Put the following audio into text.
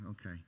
Okay